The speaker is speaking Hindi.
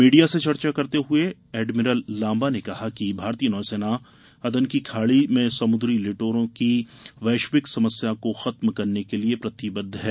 मीडिया से चर्चा करते हुए एडमिरल लांबा ने कहा कि भारतीय नौसेना अदन की खाड़ी में समुद्री लुटेरों की वैश्विक समस्या को खत्म करने के लिए प्रतिबद्ध है